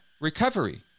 recovery